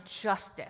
justice